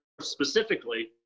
specifically